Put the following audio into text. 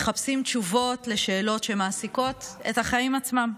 מחפשים תשובות לשאלות שמעסיקות את החיים עצמם.